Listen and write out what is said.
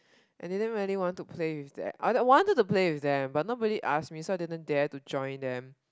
I didn't really want to play with that I don't I wanted to play with them but nobody ask me so didn't dare to join them